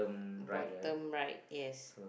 bottom right yes